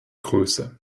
größe